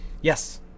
yes